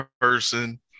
person